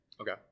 Okay